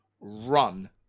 run